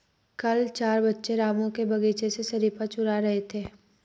कल चार बच्चे रामू के बगीचे से शरीफा चूरा रहे थे